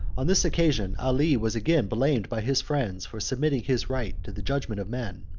on this occasion, ali was again blamed by his friends for submitting his right to the judgment of men,